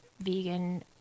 vegan